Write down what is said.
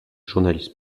journaliste